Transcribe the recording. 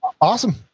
awesome